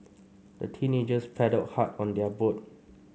the teenagers paddled hard on their boat